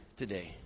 today